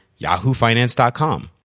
yahoofinance.com